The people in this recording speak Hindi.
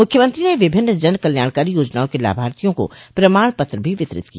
मुख्यमंत्री ने विभिन्न जनकल्याणकारी योजनाओं के लाभार्थियों को प्रमाण पत्र भी वितरित किया